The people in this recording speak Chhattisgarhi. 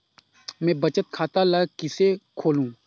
मैं बचत खाता ल किसे खोलूं?